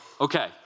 okay